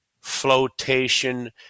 flotation